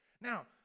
Now